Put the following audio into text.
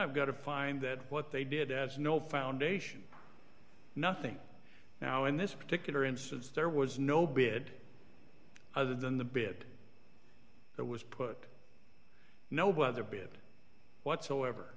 i've got to find that what they did as no foundation nothing now in this particular instance there was no bid other than the bid that was put no bother bid whatsoever